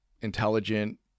intelligent